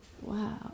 Wow